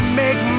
make